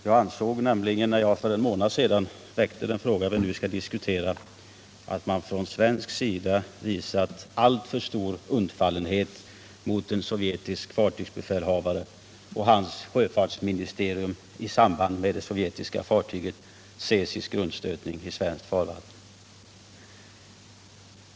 Jag ansåg nämligen, när jag för en månad sedan väckte den fråga vi nu skall diskutera, att man från svensk sida visat alltför stor undfallenhet mot en sovjetisk fartygsbefälhavare och hans sjöfartsministerium i samband med det sovjetiska fartyget Tsesis” grundstötning i svenskt farvatten.